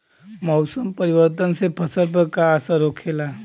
मौसम परिवर्तन से फसल पर का असर होखेला?